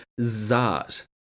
Zart